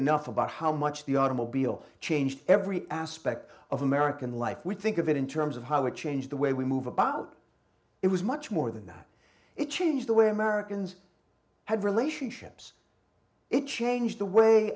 enough about how much the automobile changed every aspect of american life we think of it in terms of how it changed the way we move about it was much more than that it changed the way americans had relationships it changed the way